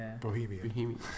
Bohemian